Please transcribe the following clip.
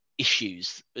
issues